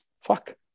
fuck